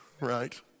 right